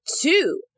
two